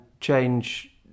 change